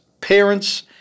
parents